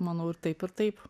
manau ir taip ir taip